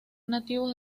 nativos